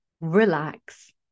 Relax